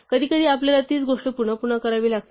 कधी कधी आपल्याला तीच गोष्ट पुन्हा पुन्हा करावी लागते